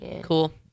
Cool